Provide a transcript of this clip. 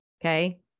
okay